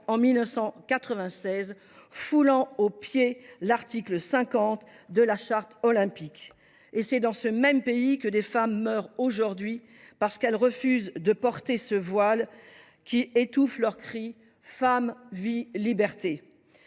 a ainsi foulé aux pieds l’article 50 de la Charte olympique. C’est dans ce même pays que des femmes meurent aujourd’hui, parce qu’elles refusent de porter ce voile qui étouffe leur cri :« Femme, Vie, Liberté ».